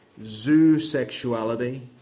zoosexuality